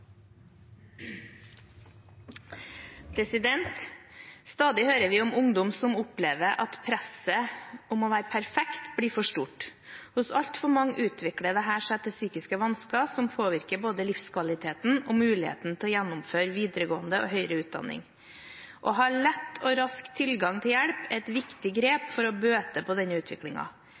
hører vi om ungdom som opplever at presset å være «perfekt» blir for stort. Hos altfor mange utvikler dette seg til psykiske vansker som påvirker både livskvaliteten og muligheten til å gjennomføre videregående og høyere utdanning. Å ha lett og raskt tilgang til hjelp er et viktig grep for å bøte på denne